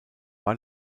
war